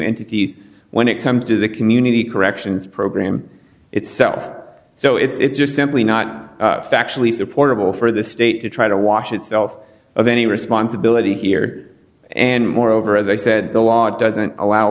entities when it comes to the community corrections program itself so it's just simply not factually supportable for the state to try to wash itself of any responsibility here and moreover as i said the law doesn't allow